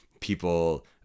people